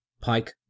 pike